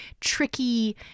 tricky